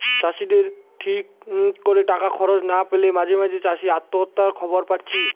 চাষিদের ঠিক কোরে টাকা খরচ না পেলে মাঝে মাঝে চাষি আত্মহত্যার খবর পাচ্ছি